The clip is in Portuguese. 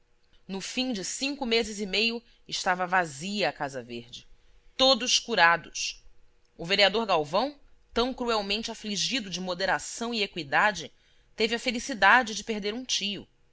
no fim de cinco meses e meio estava vazia a casa verde todos curados o vereador galvão tão cruelmente afligido de moderação e eqüidade teve a felicidade de perder um tio